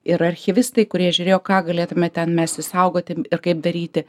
ir archyvistai kurie žiūrėjo ką galėtume ten mes išsaugoti ir kaip daryti